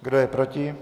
Kdo je proti?